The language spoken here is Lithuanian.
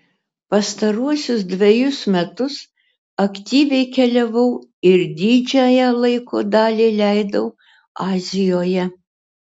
pastaruosius dvejus metus aktyviai keliavau ir didžiąją laiko dalį leidau azijoje